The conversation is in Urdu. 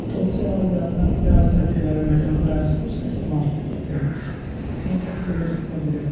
تو اس سے اور بھی آسان ہو گیا آج سب کے گھر میں بیت الخلاء ہے سب اس کا استعمال کیا کرتے ہیں تو یہیں سب کے لیے بیت الخلاء بہت ضروری